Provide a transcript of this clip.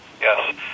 yes